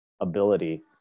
ability